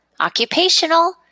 occupational